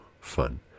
fun